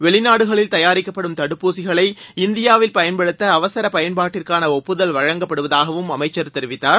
வெளிநாடுகளில் தயாரிக்கப்படும் தடுப்பூசிகளை இந்தியாவில் பயன்படுத்த அவசர பயன்பாட்டிற்கான ஒப்புதல் வழங்கப்படுவதாகவும் அமைச்சர் தெரிவித்தார்